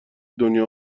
دنیا